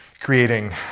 creating